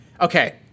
Okay